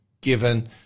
given